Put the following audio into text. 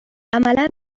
عملا